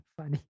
funny